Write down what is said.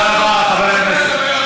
תודה רבה, חברי הכנסת.